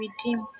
redeemed